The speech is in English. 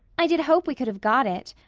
i did hope we could have got it.